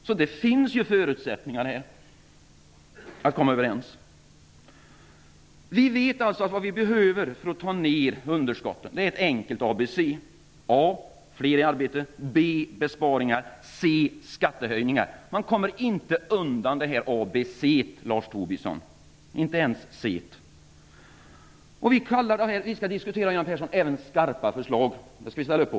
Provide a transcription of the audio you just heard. Det finns alltså förutsättningar för att komma överens. Vi vet att vad vi behöver för att få ned underskotten är ett enkelt ABC. A står för fler i arbete. B står för besparingar och C för skattehöjningar. Man kommer inte undan detta ABC, Lars Tobisson - inte ens C:et. Vi säger att vi även skall diskutera vad som kallas för skarpa förslag, Göran Persson. Det skall vi ställa upp på.